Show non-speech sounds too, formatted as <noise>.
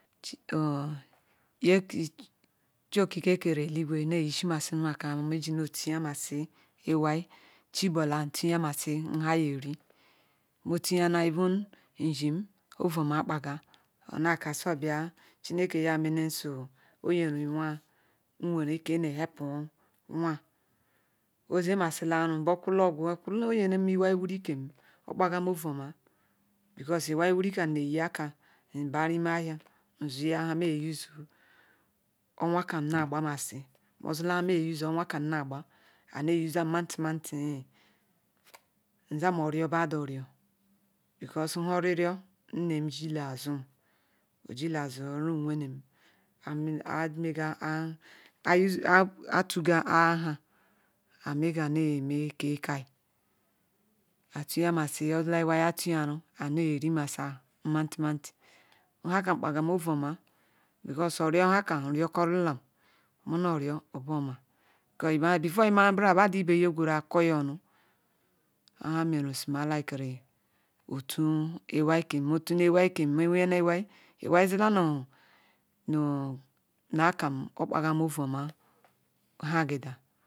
<hesitation> chi-okike nkere eligww neh eyishi nu masi akah nji nah etiya masi lwai chibula ntia masi nhe ayi-Jo- ori nmetiyama even njim ovu omah kpaga onaka su obia chineke yah su omenem oyere wah nwere ke neh heepu nwah oze iwai nwi nkem okpagam Nu omah because iawi wuri neh eyi akah nba na imeh ahia nzuhyia nhemeje oruse-u owah kam na gbamasi ozila nhe me jo or- use-u owah kam na agba ayi neh use- ah nmati nmati nzama ario badu orio because nhe ori-rio nnem jila zu ojila zu umu wene ah ah mega ah izu ayi tuga ayi tugaru neh eri masi-ah nmati nmati nhakam kpagam obu oma because orio nhakam nriokorilam muno orio obu-oma before ngi amara badu ibeh nne gweru-a koi-onu orhamenu ma likekiri otu iwai kem iwai kem nne wiyala iwai iwai zila num akam okpagam ouu omah nha agida